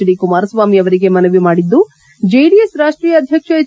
D Kumaraswamy ಅವರಿಗೆ ಮನವಿ ಮಾಡಿದ್ದು ಜೆಡಿಎಸ್ ರಾಷ್ಟೀಯ ಅಧ್ಯಕ್ಷ ಎಚ್